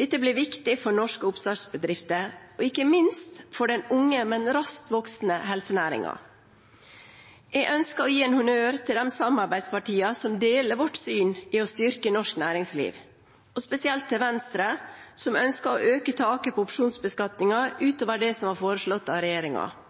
Dette blir viktig for norske oppstartsbedrifter og ikke minst for den unge, men raskt voksende helsenæringen. Jeg ønsker å gi en honnør til de samarbeidspartiene som deler vårt syn på å styrke norsk næringsliv, og spesielt til Venstre, som ønsket å øke taket på opsjonsbeskatningen utover det som var foreslått av regjeringen –